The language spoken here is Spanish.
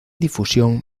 difusión